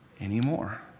anymore